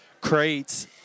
crates